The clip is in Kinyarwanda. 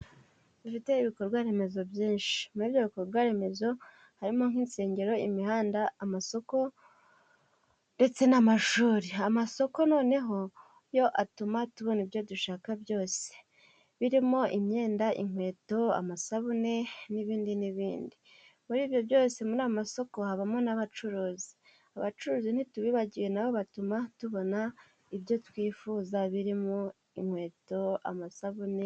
Dufite ibikorwa remezo byinshi, muri ibyo bikorwa remezo harimo; nk'insengero, imihanda, amasoko ndetse n'amashuri, amasoko noneho yo atuma tubona ibyo dushaka byose birimo; imyenda, inkweto, amasabune n'ibindi n'ibindi. Muri ibyo byose muri ayo amasoko habamo n'abacuruzi, abacuruzi ntitubibagiwe nabo batuma tubona ibyo twifuza birimo inkweto, amasabune.....